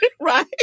right